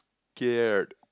cared